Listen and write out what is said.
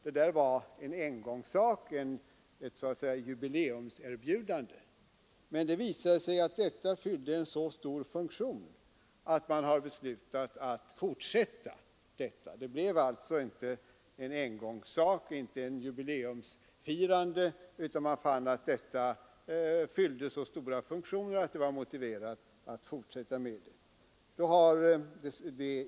Det var en engångssak, ett jubileumserbjudande. Men det visade sig att kortet fyllde en så stor funktion att man har beslutat att fortsätta med kortet. Det blev alltså inte en engångsföreteelse, inte ett jubileumsfirande, utan man fann att det var motiverat att fortsätta med det.